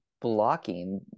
blocking